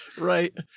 right?